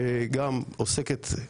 שגם עוסקת,